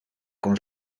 con